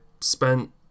spent